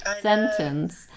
sentence